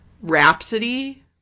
Rhapsody